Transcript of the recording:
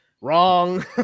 Wrong